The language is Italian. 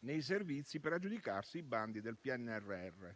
nei servizi per aggiudicarsi i bandi del PNRR.